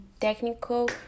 technical